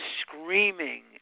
screaming